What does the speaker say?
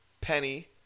Penny